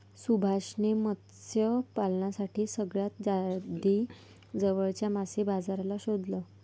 सुभाष ने मत्स्य पालनासाठी सगळ्यात आधी जवळच्या मासे बाजाराला शोधलं